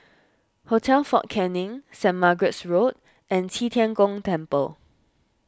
Hotel fort Canning Saint Margaret's Road and Qi Tian Gong Temple